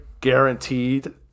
Guaranteed